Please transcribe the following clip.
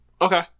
Okay